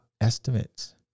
estimates